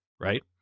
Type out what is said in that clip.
right